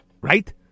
Right